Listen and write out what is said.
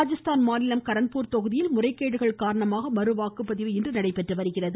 ராஜஸ்தான் மாநிலம் கரன்பூர் தொகுதியில் முறைகேடுகள் காரணமாக மறு வாக்குப்பதிவு இன்று நடைபெற்று வருகிறது